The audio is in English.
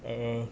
err